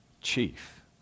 chief